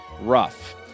rough